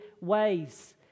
ways